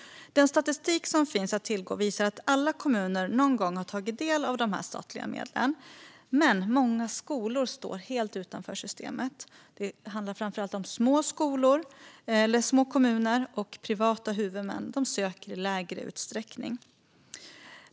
Den statistik som finns att tillgå visar att alla kommuner någon gång har tagit del av de statliga medlen, men många skolor står helt utanför systemet. Det är framför allt små kommuner och privata huvudmän som söker i lägre utsträckning.